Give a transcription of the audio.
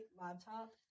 laptop